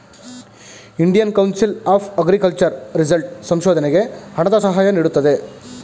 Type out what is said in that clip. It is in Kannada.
Indian council of agriculture result ಸಂಶೋಧನೆಗೆ ಹಣದ ಸಹಾಯ ನೀಡುತ್ತದೆ